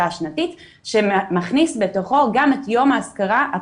השנתית שמכניס בתוכו גם את יום האזכרה הפרטי.